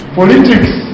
politics